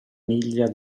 miglia